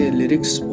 lyrics